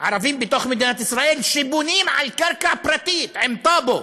ערבים בתוך מדינת ישראל שבונים על קרקע פרטית עם טאבו?